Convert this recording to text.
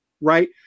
right